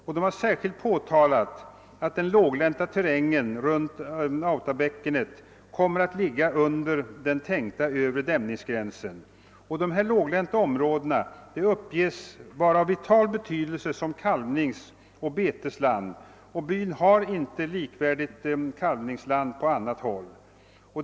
Man har särskilt framhållit att den låglänta terrängen runt Autabäckenet kommer att ligga under den tänkta övre dämningsgränsen. Dessa låglänta områden uppges vara av vital betydelse som kalvningsoch betesland. Byn har inte heller likvärdigt kalvningsland på annat "håll.